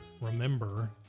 remember